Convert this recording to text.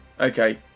Okay